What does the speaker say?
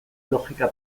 logika